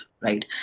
right